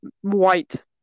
white